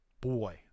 Boy